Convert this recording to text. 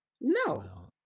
No